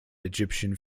egyptian